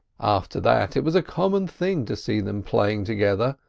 after that it was a common thing to see them playing together,